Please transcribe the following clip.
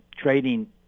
trading